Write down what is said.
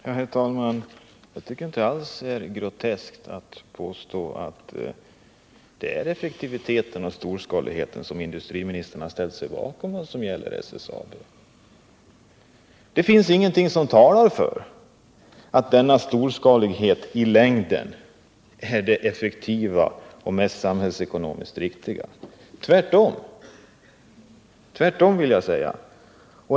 Herr talman! Jag tycker inte alls att det är groteskt att påstå att det är effektiviteten och storskaligheten som industriministern har ställt sig bakom i vad det gäller SSAB. Det finns ingenting som talar för att denna storskalighet i längden är det effektiva och det samhällsekonomiskt mest riktiga. Tvärtom, vill jag säga.